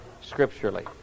scripturally